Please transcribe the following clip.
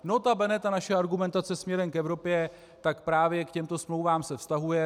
Notabene ta naše argumentace směrem k Evropě právě k těmto smlouvám se vztahuje.